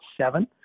seven